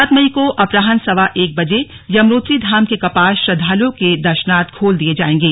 सात मई को अपराह्न सवा एक बजे यमुनोत्री धाम के कपाट श्रद्वालुओं के दर्शनार्थ खोल दिये जाएंगे